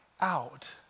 out